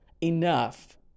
enough